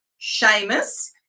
Seamus